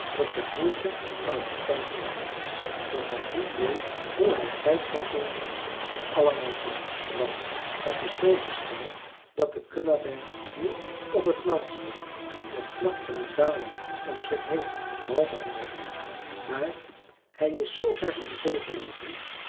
dat de moeite van het bekijken waard is dat hij niet weet hoe hij tijd zal vinden het allemaal te zien want het is zoo gesteld dat de kullaberg niet op het land staat met vlakten en dalen om zich heen zooals andere bergen maar hij is zoover in zee geloopen